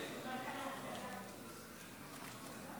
דבי ביטון (יש